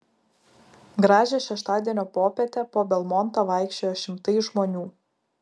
gražią šeštadienio popietę po belmontą vaikščiojo šimtai žmonių